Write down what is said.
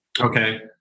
Okay